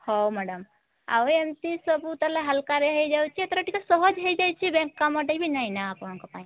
ହେଉ ମାଡ଼ାମ୍ ଆଉ ଏମିତି ସବୁ ତା'ହେଲେ ହାଲୁକାରେ ହେଇଯାଉଛି ଏଥର ଟିକିଏ ସହଜ ହେଇଯାଇଛି ବ୍ୟାଙ୍କ୍ କାମ ଟିକିଏ ବି ନାଇଁନା ଆପଣଙ୍କ ପାଇଁ